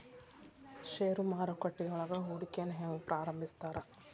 ಷೇರು ಮಾರುಕಟ್ಟೆಯೊಳಗ ಹೂಡಿಕೆನ ಹೆಂಗ ಪ್ರಾರಂಭಿಸ್ತಾರ